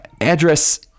Address